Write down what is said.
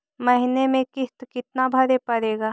महीने में किस्त कितना भरें पड़ेगा?